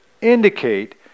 indicate